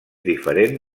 diferent